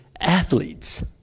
athletes